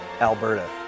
Alberta